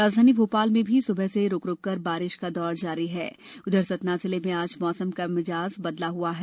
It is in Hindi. राजधानी भोपाल में भी स्बह से रुकरुक कर बारिश का दौर जारी है उधर सतना जिले में आज मौसम का मिजाज बदला हआ है